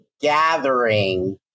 gathering